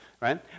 right